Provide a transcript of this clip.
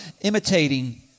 imitating